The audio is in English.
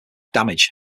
damage